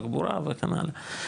תחבורה וכן הלאה.